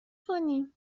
کنیم